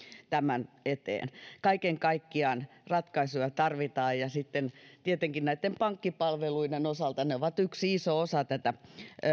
tämän eteen kaiken kaikkiaan ratkaisuja tarvitaan ja sitten tietenkin näitten pankkipalveluiden osalta ne ovat yksi iso osa tätä